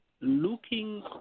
looking